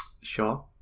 sure